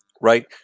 right